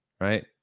right